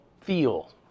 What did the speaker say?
feel